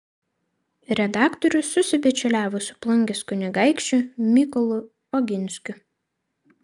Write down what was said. redaktorius susibičiuliavo su plungės kunigaikščiu mykolu oginskiu